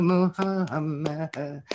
Muhammad